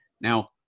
Now